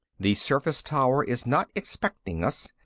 the surface tower is not expecting us.